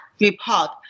report